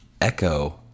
echo